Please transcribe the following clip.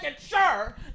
sure